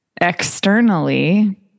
externally